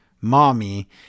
mommy